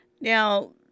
Now